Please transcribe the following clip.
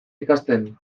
ikasten